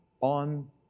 on